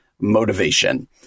Motivation